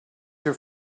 your